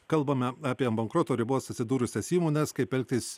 kalbame apie ant bankroto ribos atsidūrusias įmones kaip elgtis